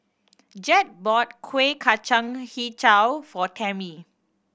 Jett bought Kuih Kacang Hijau for Tammie